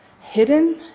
hidden